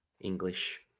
English